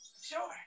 Sure